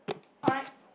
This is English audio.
alright